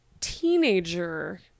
teenager